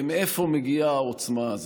ומאיפה מגיעה העוצמה הזאת?